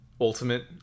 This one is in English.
ultimate